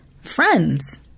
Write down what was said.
friends